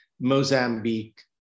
Mozambique